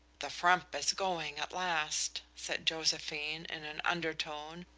the frump is going at last, said josephine, in an undertone,